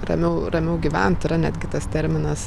ramiau ramiau gyvent yra netgi tas terminas